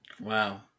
Wow